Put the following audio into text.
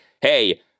hey